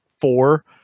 four